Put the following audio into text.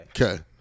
Okay